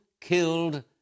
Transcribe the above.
killed